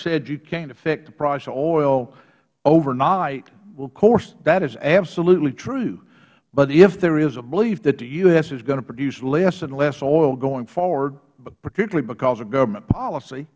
said you can't affect the price of oil overnight well of course that is absolutely true but if there is a belief that the u s is going to produce less and less oil going forward particularly because of government policy